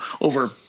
over